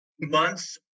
months